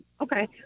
okay